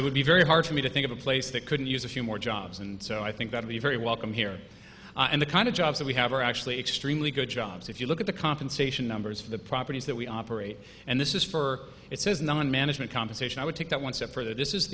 it would be very hard for me to think of a place that couldn't use a few more jobs and so i think that to be very welcome here and the kind of jobs that we have are actually extremely good jobs if you look at the compensation numbers for the properties that we operate and this is for its management compensation i would take that one step further this is